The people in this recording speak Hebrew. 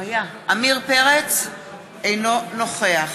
אינו נוכח